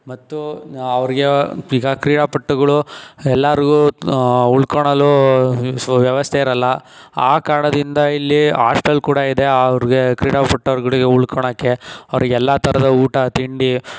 ಮತ್ತು ಅವ್ರಿಗೆ ಈಗ ಕ್ರೀಡಾಪಟುಗಳು ಎಲ್ಲರಿಗೂ ಉಳ್ಕಳಲು ಸೊ ವ್ಯವಸ್ಥೆ ಇರಲ್ಲ ಆ ಕಾರಣದಿಂದ ಇಲ್ಲಿ ಹಾಸ್ಟೆಲ್ ಕೂಡ ಇದೆ ಅವ್ರಿಗೆ ಕ್ರೀಡಾಪಟ್ಟೋರ್ಗಳಿಗೆ ಉಳ್ಕೊಳಕ್ಕೆ ಅವರಿಗೆ ಎಲ್ಲ ಥರದ ಊಟ ತಿಂಡಿ